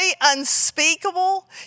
unspeakable